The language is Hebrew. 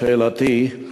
שאלתי היא